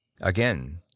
again